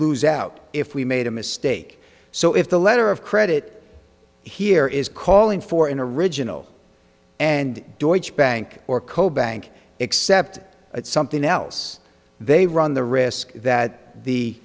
lose out if we made a mistake so if the letter of credit here is calling for an original and deutsche bank or co bank except it's something else they run the risk that the